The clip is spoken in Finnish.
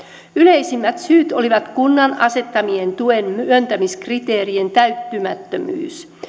yleisimmät syyt olivat kunnan asettamien tuen myöntämiskriteerien täyttymättömyys